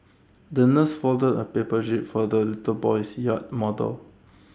the nurse folded A paper jib for the little boy's yacht model